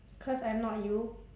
cause I'm not you